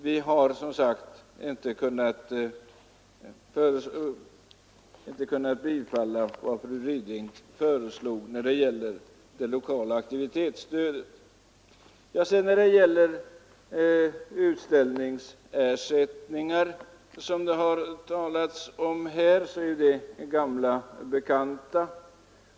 Vi har som sagt inte kunnat biträda vad fru Ryding föreslagit i fråga om det lokala aktivitetsstödet. Frågorna om utställningsersättningar, som det här har talats om, är ju gamla bekanta.